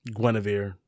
Guinevere